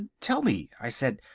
tell me, i said,